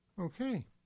Okay